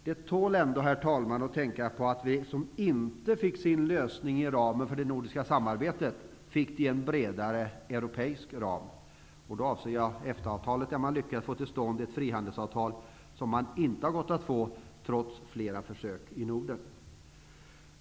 Det tål ändå, herr talman, att tänka på att det som inte fick sin lösning inom ramen för det nordiska samarbetet fick det i en bredare europeisk ram. Då avser jag EFTA-avtalet, där man lyckades få till stånd ett frihandelsavtal som inte hade gått att få fram trots flera försök i Norden.